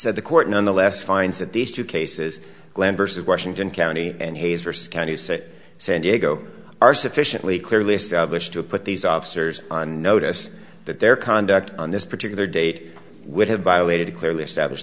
so the court nonetheless finds that these two cases glenn versus washington county and hayes versus counties that san diego are sufficiently clearly established to put these officers on notice that their conduct on this particular date would have violated a clearly esta